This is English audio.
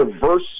diverse